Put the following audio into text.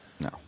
no